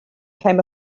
came